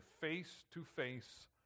face-to-face